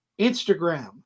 Instagram